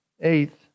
eighth